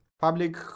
public